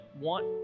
want